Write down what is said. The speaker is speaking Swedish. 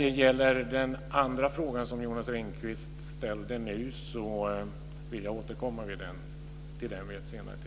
Till den andra frågan som Jonas Ringqvist här ställde ber jag att få återkomma vid ett senare tillfälle.